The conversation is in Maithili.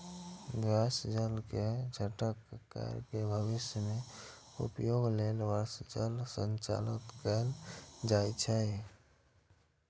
बर्षा जल के इकट्ठा कैर के भविष्य मे उपयोग लेल वर्षा जल संचयन कैल जाइ छै